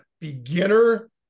beginner